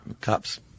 cops